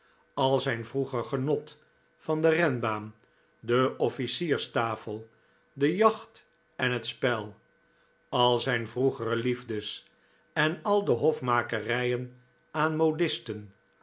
al zijn vroeger genot van de renbaan de officierstafel de jacht en het spel al zijn vroegere liefdes en al de hofmakerijen aan modisten